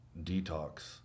Detox